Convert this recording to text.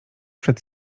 przed